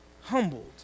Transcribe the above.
humbled